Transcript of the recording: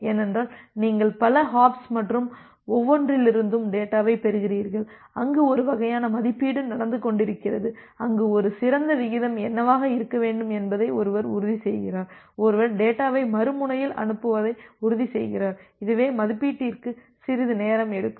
ஏனென்றால் நீங்கள் பல ஹாப்ஸ் மற்றும் ஒவ்வொன்றிலிருந்தும் டேட்டாவைப் பெறுகிறீர்கள் அங்கு ஒரு வகையான மதிப்பீடு நடந்து கொண்டிருக்கிறது அங்கு ஒரு சிறந்த விகிதம் என்னவாக இருக்க வேண்டும் என்பதை ஒருவர் உறுதிசெய்கிறார் ஒருவர் டேட்டாவை மறு முனையில் அனுப்புவதை உறுதிசெய்கிறார் இதுவே மதிப்பீட்டிற்கு சிறிது நேரம் எடுக்கும்